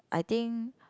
I think